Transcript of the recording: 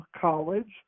college